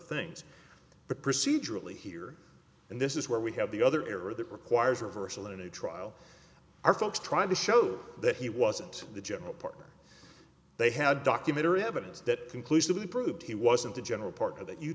ings but procedurally here and this is where we have the other error that requires reversal in a trial our folks trying to show that he wasn't the general partner they had documentary evidence that conclusively proved he wasn't a general part of that you